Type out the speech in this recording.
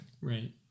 Right